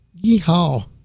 Yeehaw